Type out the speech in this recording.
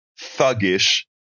thuggish